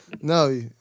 No